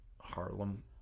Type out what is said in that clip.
Harlem